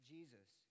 Jesus